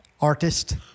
Artist